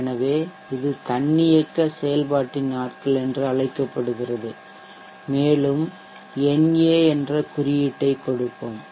எனவே இது தன்னியக்க செயல்பாட்டின் நாட்கள் என்று அழைக்கப்படுகிறது மேலும் நாம் na என்ற குறியீட்டை கொடுப்போம்